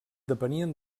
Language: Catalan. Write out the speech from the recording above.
depenien